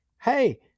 hey